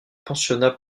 pensionnat